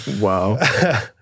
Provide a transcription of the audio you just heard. Wow